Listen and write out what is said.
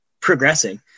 progressing